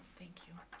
thank you.